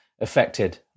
affected